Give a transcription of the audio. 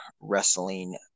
wrestling